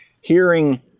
Hearing